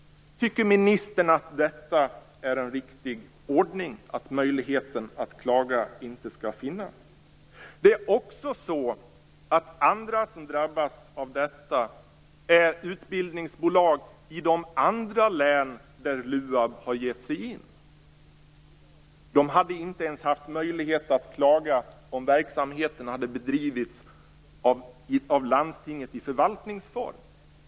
Tycker ministern att det är en riktig ordning att möjligheten att överklaga inte finns? Andra som drabbas av detta är utbildningsbolag i de andra län där LUAB har gett sig in. De hade inte ens haft möjlighet att klaga om verksamheten hade bedrivits av landstinget i förvaltningsform.